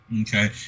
okay